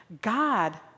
God